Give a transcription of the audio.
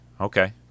okay